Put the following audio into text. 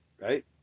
right